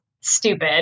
stupid